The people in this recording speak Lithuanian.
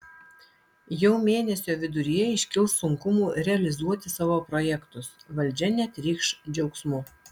jau mėnesio viduryje iškils sunkumų realizuoti savo projektus valdžia netrykš džiaugsmu